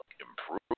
improve